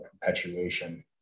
perpetuation